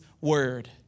Word